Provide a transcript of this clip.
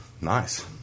nice